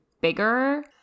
bigger